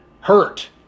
hurt